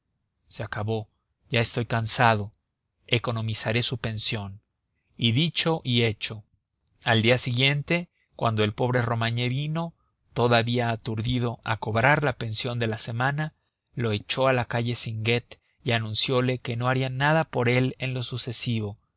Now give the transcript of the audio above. se acabó ya estoy cansado economizaré su pensión y dicho y hecho al día siguiente cuando el pobre romagné vino todavía aturdido a cobrar la pensión de la semana lo echó a la calle singuet y anunciole que no harían nada por él en lo sucesivo